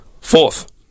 fourth